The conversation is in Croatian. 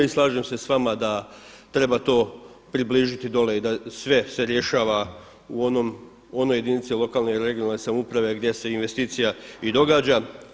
I slažem se s vama da treba to približiti dole i da se sve rješava u onoj jedinici lokalne i regionalne samouprave gdje se investicija i događa.